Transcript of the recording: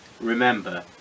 Remember